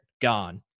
gone